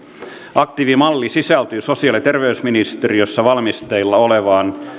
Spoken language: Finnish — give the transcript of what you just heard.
aktiivimalli sisältyy sosiaali ja terveysministeriössä valmisteilla olevaan